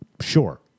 Sure